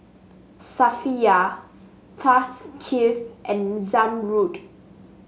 Safiya Thaqif and Zamrud